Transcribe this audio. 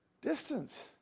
Distance